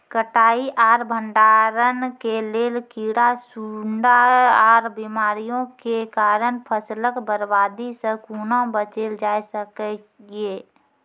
कटाई आर भंडारण के लेल कीड़ा, सूड़ा आर बीमारियों के कारण फसलक बर्बादी सॅ कूना बचेल जाय सकै ये?